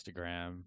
Instagram